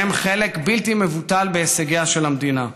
שיש להם חלק בלתי מבוטל בהישגיה של המדינה.